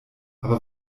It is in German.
aber